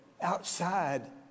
outside